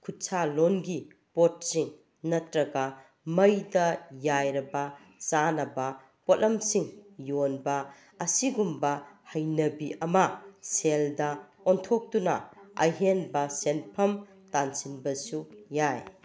ꯈꯨꯠꯁꯥ ꯂꯣꯟꯒꯤ ꯄꯣꯠꯁꯤꯡ ꯅꯠꯇ꯭ꯔꯒ ꯃꯩꯗ ꯌꯥꯏꯔꯕ ꯆꯥꯅꯕ ꯄꯣꯠꯂꯝꯁꯤꯡ ꯌꯣꯟꯕ ꯑꯁꯤꯒꯨꯝꯕ ꯍꯩꯅꯕꯤ ꯑꯃ ꯁꯦꯜꯗ ꯑꯣꯟꯊꯣꯛꯇꯨꯅ ꯑꯍꯦꯟꯕ ꯁꯦꯟꯐꯝ ꯇꯥꯟꯁꯤꯟꯕꯁꯨ ꯌꯥꯏ